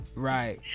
Right